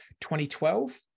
2012